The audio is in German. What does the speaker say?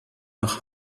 nach